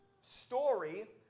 story